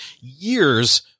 years